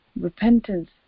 Repentance